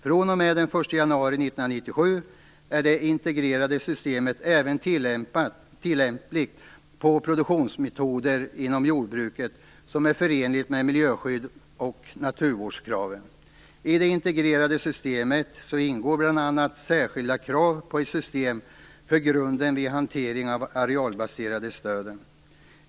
fr.o.m. den 1 januari 1997 är det integrerade systemet även tillämpligt på produktionsmetoder inom jordbruket som är förenliga med miljöskydd och naturvårdskrav. I det integrerade systemet ingår bl.a. särskilda krav på ett system för grunden vid hantering av arealbaserade stöd.